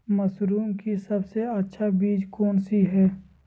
Mushroom की सबसे अच्छी बीज कौन सी है?